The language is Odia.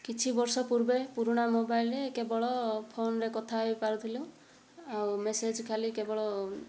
କିଛି ବର୍ଷ ପୂର୍ବେ ପୁରୁଣା ମୋବାଇଲରେ କେବଳ ଫୋନ୍ରେ କଥା ହୋଇପାରୁଥିଲୁ ଆଉ ମେସେଜ ଖାଲି କେବଳ